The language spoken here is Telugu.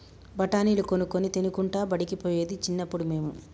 బఠాణీలు కొనుక్కొని తినుకుంటా బడికి పోయేది చిన్నప్పుడు మేము